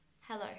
Hello